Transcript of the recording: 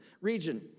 region